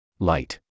Light